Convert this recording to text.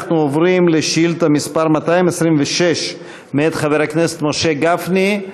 אנחנו עוברים לשאילתה מס' 226 מאת חבר הכנסת משה גפני.